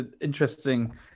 interesting